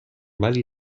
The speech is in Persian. ولی